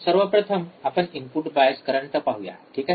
सर्वप्रथम आपण input bias current पाहूया ठीक आहे